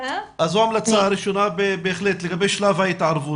--- זו המלצה ראשונה לגבי שלב ההתערבות.